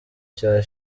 cya